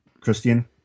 christian